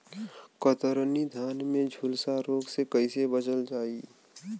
कतरनी धान में झुलसा रोग से कइसे बचल जाई?